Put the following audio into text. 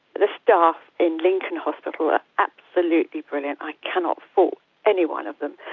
the staff in lincoln hospital are absolutely brilliant, i cannot fault anyone of them.